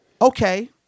Okay